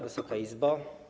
Wysoka Izbo!